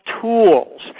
tools